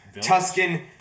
Tuscan